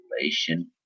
relation